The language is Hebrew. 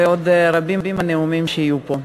ועוד רבים הנאומים שיהיו פה.